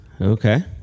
Okay